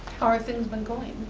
are things been going?